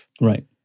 Right